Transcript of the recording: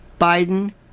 Biden